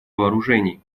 вооружений